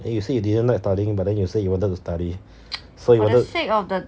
then you say you didn't like studying but then you say you wanted to study so you wanted